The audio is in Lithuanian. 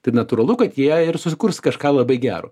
tai natūralu kad jie ir susikurs kažką labai gero